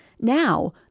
Now